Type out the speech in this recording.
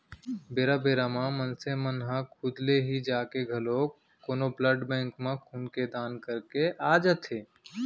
बेरा बेरा म मनसे मन ह खुद ले ही जाके घलोक कोनो ब्लड बेंक म खून के दान करके आ जाथे